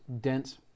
dense